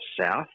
south